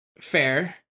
Fair